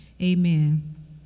Amen